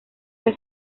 que